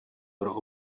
pro